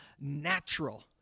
natural